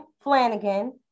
Flanagan